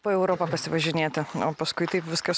po europą pasivažinėti o paskui taip viskas